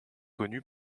connu